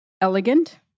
elegant